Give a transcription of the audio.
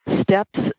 steps